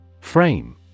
Frame